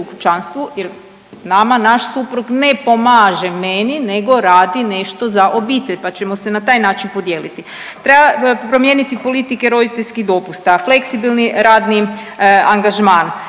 u kućanstvu jer nama naš suprug ne pomaže meni nego radi nešto za obitelj, pa ćemo se na taj način podijeliti. Treba promijeniti politike roditeljskih dopusta, fleksibilni radni angažman